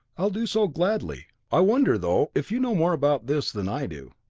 i'll do so gladly. i wonder, though, if you know more about this than i do.